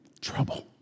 trouble